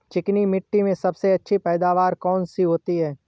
चिकनी मिट्टी में सबसे अच्छी पैदावार कौन सी होती हैं?